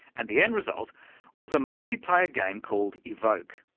and the end result was a multiplayer game called evoke,